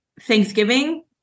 Thanksgiving